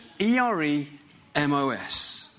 E-R-E-M-O-S